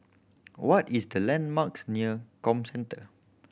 what is the landmarks near Comcentre